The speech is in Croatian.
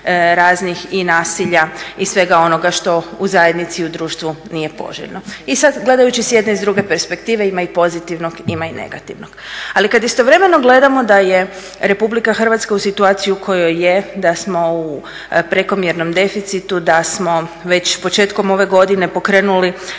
raznih i nasilja i svega onoga što u zajednici i u društvu nije poželjno. I sad gledajući s jedne i s druge perspektive ima i pozitivnog ima i negativnog. Ali kad istovremeno gledamo da je Republika Hrvatska u situaciji u kojoj je da smo u prekomjernom deficitu, da smo već početkom ove godine pokrenuli